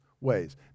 ways